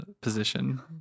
position